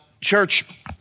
church